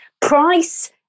price